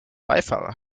beifahrer